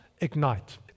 ignite